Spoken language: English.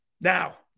Now